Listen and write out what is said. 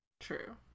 true